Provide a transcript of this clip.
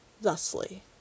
thusly